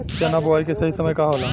चना बुआई के सही समय का होला?